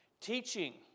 Teaching